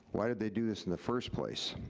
why did they do this in the first place?